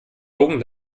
augen